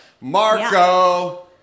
Marco